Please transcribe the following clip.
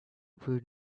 would